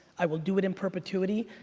i will do it and perpetuity,